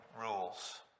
rules